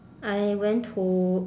I went to